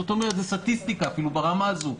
זאת אומרת, זה סטטיסטיקה, אפילו ברמה הזאת.